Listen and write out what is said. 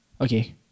Okay